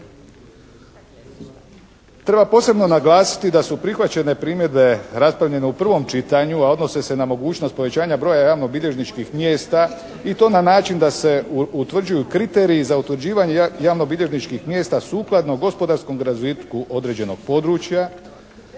Treba posebno naglasiti da su prihvaćene primjedbe raspravljene u prvom čitanju, a odnose se na mogućnost povećanja broja javnobilježničkih mjesta i to na način da se utvrđuju kriteriji za utvrđivanje javnobilježničkih mjesta sukladno gospodarskom razvitku određenog područja